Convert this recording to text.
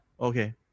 Okay